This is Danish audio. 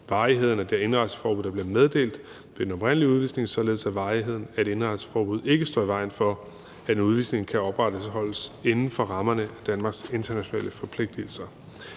af det indrejseforbud, der blev meddelt ved den oprindelige udvisning, således at varigheden af et indrejseforbud ikke står i vejen for, at en udvisning kan opretholdes inden for rammerne af Danmarks internationale forpligtigelser.